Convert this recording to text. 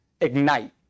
ignite